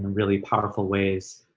really powerful ways,